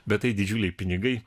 bet tai didžiuliai pinigai